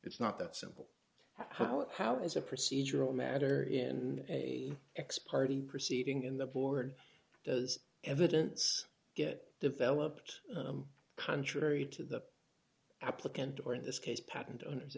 it's not that simple how how is a procedural matter in a x party proceeding in the board as evidence get developed contrary to the applicant or in this case patent owners